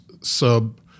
sub